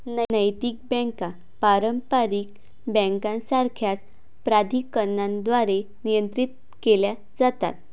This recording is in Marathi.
नैतिक बँका पारंपारिक बँकांसारख्याच प्राधिकरणांद्वारे नियंत्रित केल्या जातात